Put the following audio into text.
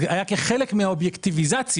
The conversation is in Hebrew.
היה כחלק מהאובייקטיביזציה